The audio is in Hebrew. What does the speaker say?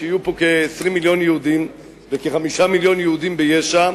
כשיהיו פה כ-20 מיליון יהודים וכ-5 מיליוני יהודים ביש"ע,